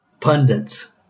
Pundits